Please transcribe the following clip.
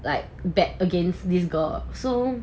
like bad against this girl so